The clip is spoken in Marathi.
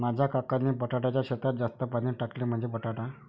माझ्या काकांनी बटाट्याच्या शेतात जास्त पाणी टाकले, म्हणजे बटाटा